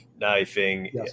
Knifing